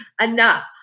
Enough